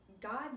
God